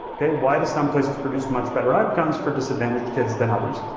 okay? why do some places produce much better outcomes for disadvantaged kids than others?